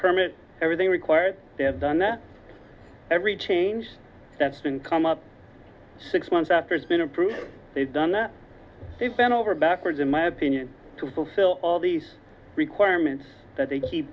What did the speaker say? permits everything required done that every change that's been come up six months after it's been approved they've done that they've been over backwards in my opinion to fulfill all these requirements that they keep